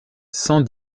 cent